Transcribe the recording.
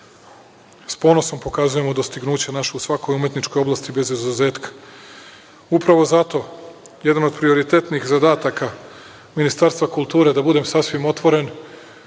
S ponosom pokazujemo dostignuća naša u svakoj umetničkoj oblasti, bez izuzetka. Upravo zato, jedan od prioritetnijih zadataka Ministarstva kulture, da budem sasvim otvoren,